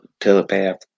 telepath